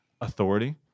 authority